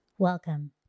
Welcome